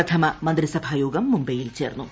പ്രഥമ മന്ത്രിസഭാ യോഗം മുംബൈയിൽ ചേർന്നു